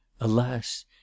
Alas